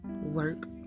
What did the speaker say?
work